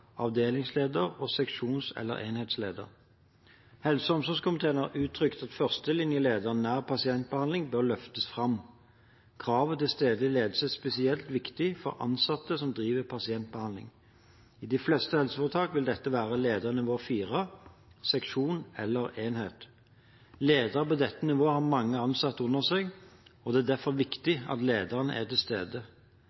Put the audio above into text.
avdelingsleder og seksjons- eller enhetsleder. Helse- og omsorgskomiteen har uttrykt at førstelinjelederne nær pasientbehandlingen bør løftes fram. Kravet til stedlig ledelse er spesielt viktig for ansatte som driver med pasientbehandling. I de fleste helseforetakene vil dette være ledernivå 4 – seksjon eller enhet. Lederne på dette nivået har mange ansatte under seg, og det er derfor viktig